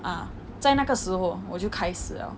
ah 在那个时候我就开始 liao